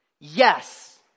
Yes